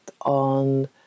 on